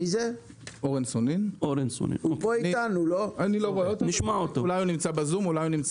אולי הוא נמצא בזום.